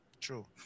True